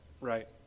right